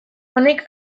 honek